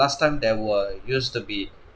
last time there were used to be